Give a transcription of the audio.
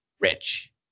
rich